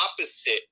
opposite